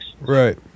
Right